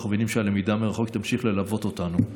אנחנו מבינים שהלמידה מרחוק תמשיך ללוות אותנו,